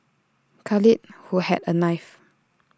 Khalid who had A knife